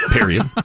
Period